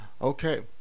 Okay